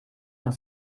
nach